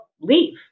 leave